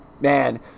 man